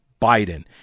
Biden